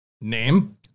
Name